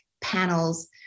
panels